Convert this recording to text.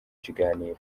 kiganiro